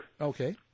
Okay